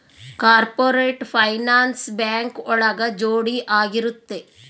corporate finance bank ಒಳಗ ಜೋಡಿ ಆಗಿರುತ್ತೆ